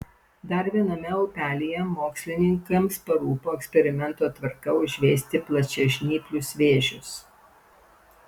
dar viename upelyje mokslininkams parūpo eksperimento tvarka užveisti plačiažnyplius vėžius